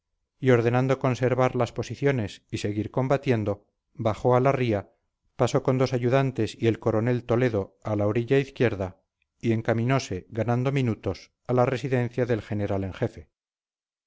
y ordenando conservar las posiciones y seguir combatiendo bajó a la ría pasó con dos ayudantes y el coronel toledo a la orilla izquierda y encaminose ganando minutos a la residencia del general en jefe